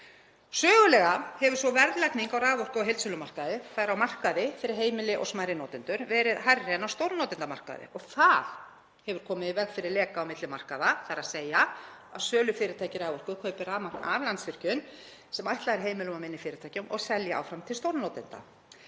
Sögulega hefur svo verðlagning á raforku á heildsölumarkaði, þ.e. á markaði fyrir heimili og smærri notendur, verið hærri en á stórnotendamarkaði. Það hefur komið í veg fyrir leka á milli markaða, þ.e. að sölufyrirtæki raforku kaupi rafmagn af Landsvirkjun sem ætlað er heimilum og minni fyrirtækjum og selji áfram til stórnotenda.